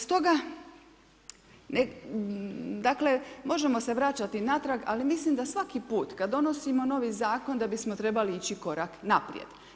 S toga, dakle možemo se vraćati natrag, ali mislim da svaki put kad donosimo novi zakon da bismo trebali ići korak naprijed.